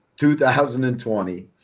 2020